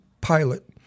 pilot